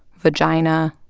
vagina,